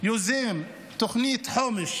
יוזם תוכנית חומש